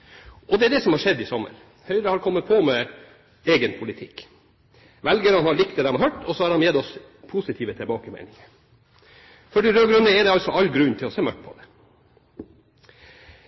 politikk. Det er det som har skjedd i sommer. Høyre har kommet på med egen politikk. Velgerne har likt det de har hørt, og så har de gitt oss positive tilbakemeldinger. For de rød-grønne er det altså all grunn til å se mørkt på det.